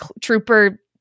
trooper